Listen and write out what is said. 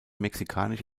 mexikanisch